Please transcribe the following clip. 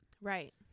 Right